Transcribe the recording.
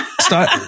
start